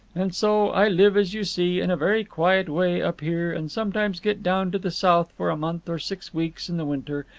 and so, i live, as you see, in a very quiet way up here, and sometimes get down to the south for a month or six weeks in the winter,